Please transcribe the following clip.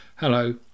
Hello